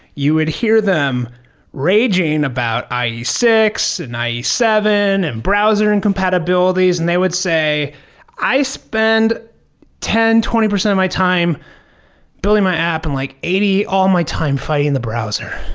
you would hear them raging about i e six and i e seven and browser incompatibilities. and they would say i spend ten percent, twenty percent of my time building my app and like eighty, all my time fighting the browser.